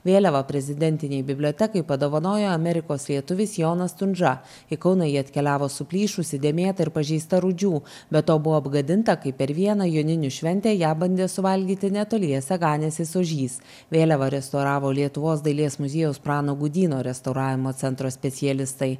vėliavą prezidentinei bibliotekai padovanojo amerikos lietuvis jonas stundža į kauną ji atkeliavo suplyšusi dėmėta ir pažeista rūdžių be to buvo apgadinta kai per vieną joninių šventę ją bandė suvalgyti netoliese ganęsis ožys vėliavą restauravo lietuvos dailės muziejaus prano gudyno restauravimo centro specialistai